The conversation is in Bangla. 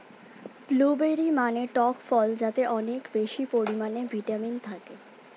ব্লুবেরি মানে টক ফল যাতে অনেক বেশি পরিমাণে ভিটামিন থাকে